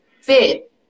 fit